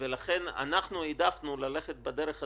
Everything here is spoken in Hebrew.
לכן העדפנו ללכת בדרך הזאת,